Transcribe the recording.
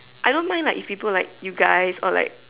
I don't mind like if people like you guys or like